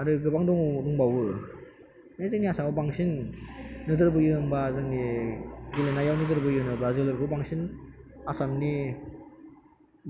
आरो गोबां दङ दंबावो बिदिनो जोंनि आसामाव बांसिन नोजोरबोयो होमबा जोंनि गेलेनायाव नोजोर बोयो होनोब्ला जोलुरखौ बांसिन आसामनि